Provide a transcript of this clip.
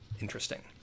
interesting